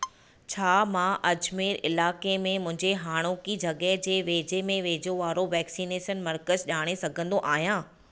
छा मां अजमेर इलाइक़े में मुंहिंजे हाणोकी जॻहि जे वेझे में वेझो वारो वैक्सीनेशन मर्कज़ ॼाणे सघंदो आहियां